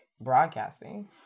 broadcasting